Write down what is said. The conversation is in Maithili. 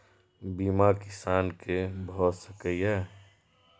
बीमा किसान कै भ सके ये?